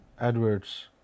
adverts